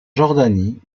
jordanie